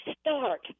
start